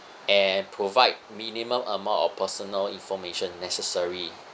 and provide minimum amount of personal information necessary